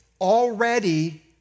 already